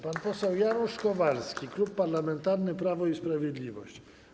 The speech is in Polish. Pan poseł Janusz Kowalski, Klub Parlamentarny Prawo i Sprawiedliwość.